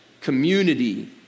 community